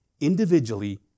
individually